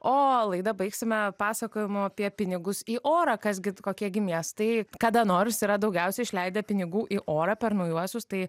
o laidą baigsime pasakojimu apie pinigus į orą kas gi kokie gi miestai kada nors yra daugiausiai išleidę pinigų į orą per naujuosius tai